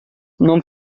non